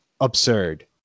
absurd